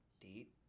deep